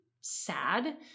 sad